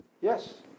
Yes